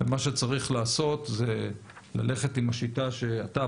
מה שצריך לעשות זה ללכת עם השיטה שאתה,